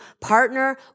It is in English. partner